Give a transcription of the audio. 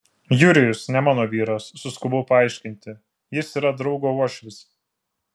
jurijus ne mano vyras suskubau paaiškinti jis yra draugo uošvis